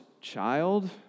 child